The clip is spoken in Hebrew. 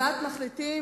הצעת מחליטים,